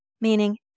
meaning